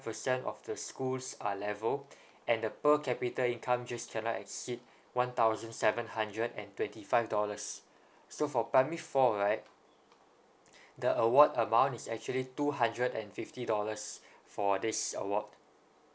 percent of the school's uh level and the per capita income just cannot exceed one thousand seven hundred and twenty five dollars so for primary four right the award amount is actually two hundred and fifty dollars for this award